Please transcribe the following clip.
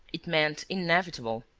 it meant inevitable,